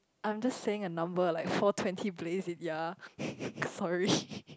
I am just saying a number and like four twenty please in ya sorry